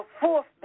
fourth